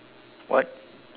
what